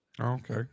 Okay